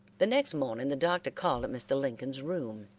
the next morning the doctor called at mr. lincoln's room,